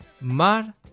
Mar